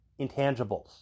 Intangibles